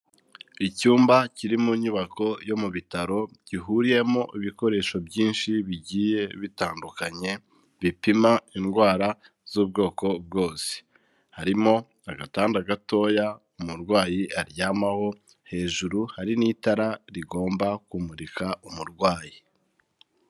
Icyumba kiri mu nyubako yo mu bitaro, gihuriyemo ibikoresho byinshi bigiye bitandukanye, bipima indwara z'ubwoko bwose, harimo agatanda gatoya umurwayi aryamaho, hejuru hari n'itara rigomba kumurika umurwayi.